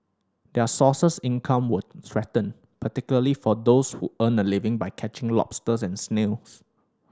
their sources income were threatened particularly for those who earn a living by catching lobsters and snails